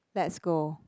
let's go